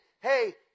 hey